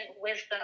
wisdom